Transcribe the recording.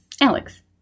Alex